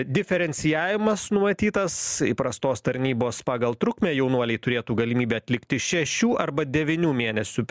diferencijavimas numatytas įprastos tarnybos pagal trukmę jaunuoliai turėtų galimybę atlikti šešių arba devynių mėnesių